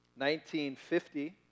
1950